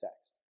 text